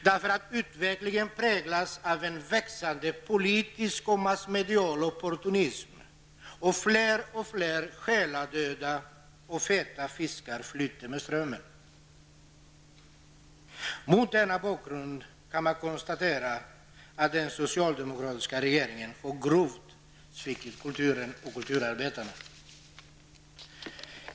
Därför att utvecklingen präglas av en växande politisk och massmedial opportunism och fler och fler själadöda och feta fiskar flyter med strömmen. Mot denna bakgrund kan man konstatera att den socialdemokratiska regeringen har grovt svikit kulturen och kulturarbetarna.